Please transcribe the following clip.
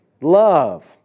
love